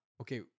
okay